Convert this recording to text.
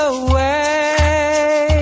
away